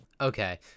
okay